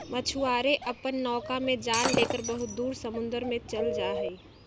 मछुआरे अपन नौका में जाल लेकर बहुत दूर समुद्र में चल जाहई